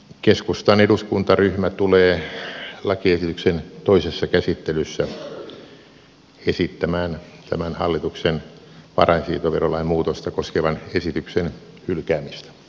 keskustan eduskuntaryhmä tulee lakiesityksen toisessa käsittelyssä esittämään tämän hallituksen varainsiirtoverolain muutosta koskevan esityksen hylkäämistä